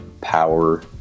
power